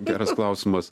geras klausimas